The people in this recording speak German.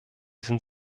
sind